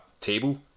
table